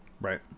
Right